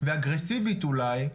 ואגרסיבית אולי,